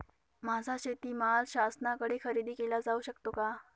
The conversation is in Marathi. माझा शेतीमाल शासनाकडे खरेदी केला जाऊ शकतो का?